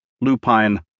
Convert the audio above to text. lupine